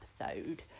episode